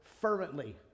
fervently